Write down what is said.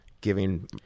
giving